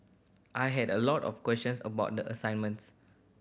I had a lot of questions about the assignments